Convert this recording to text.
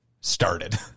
started